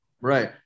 Right